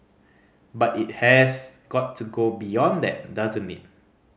but it has got to go beyond that doesn't it